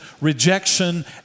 rejection